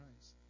Christ